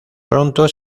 pronto